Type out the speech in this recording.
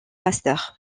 master